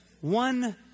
one